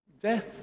death